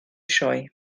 sioe